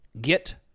get